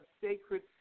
sacred